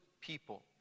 people